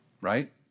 Right